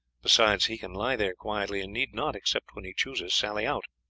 besides, he can lie there quietly, and need not, except when he chooses, sally out.